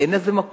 אין לזה מקום